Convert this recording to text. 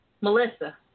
Melissa